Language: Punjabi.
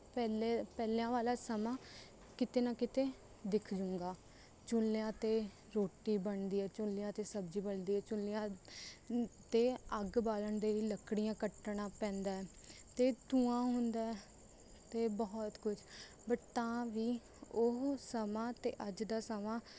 ਪਹਿਲੇ ਪਹਿਲਾਂ ਵਾਲਾ ਸਮਾਂ ਕਿਤੇ ਨਾ ਕਿਤੇ ਦਿੱਖ ਜਾਏਗਾ ਚੁੱਲ੍ਹਿਆਂ 'ਤੇ ਰੋਟੀ ਬਣਦੀ ਹੈ ਚੁਹਲਿਆਂ 'ਤੇ ਸਬਜ਼ੀ ਬਣਦੀ ਹੈ ਚੁੱਲ੍ਹਿਆਂ 'ਤੇ ਅੱਗ ਬਾਲਣ ਦੇ ਲਈ ਲੱਕੜੀਆਂ ਕੱਟਣਾ ਪੈਂਦਾ ਹੈ ਅਤੇ ਧੂੰਆਂ ਹੁੰਦਾ ਹੈ ਅਤੇ ਬਹੁਤ ਕੁਛ ਬਟ ਤਾਂ ਵੀ ਉਹ ਸਮਾਂ ਅਤੇ ਅੱਜ ਦਾ ਸਮਾਂ